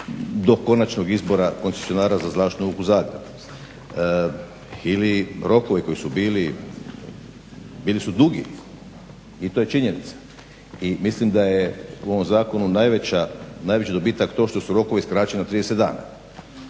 do konačnog izbora koncesionara za Zračnu luku Zagreb. Ili rokovi koji su bili, bili su dugi i to je činjenica. I mislim da je u ovom zakonu najveći dobitak to što su rokovi skraćeni na 30 dana.